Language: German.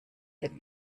der